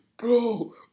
Bro